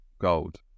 gold